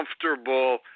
comfortable